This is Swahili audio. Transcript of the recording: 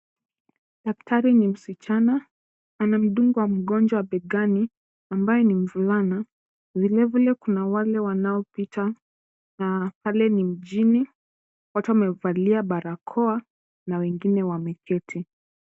Daktari ni msichana, amemdunga mgonjwa begani ambaye ni mvulana. Vilevile kuna wale wanaopita na pale ni mjini. Watu wamevalia barakoa na wengine wameketi.